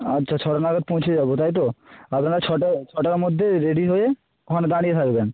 আচ্ছা ছটা নাগাদ পৌঁছে যাব তাই তো আপনারা ছটা ছটার মধ্যে রেডি হয়ে ওখানে দাঁড়িয়ে থাকবেন